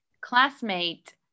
classmate